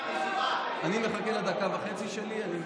אני מחכה לדקה וחצי שלי.